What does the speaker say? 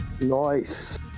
Nice